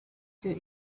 two